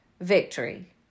victory